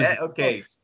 okay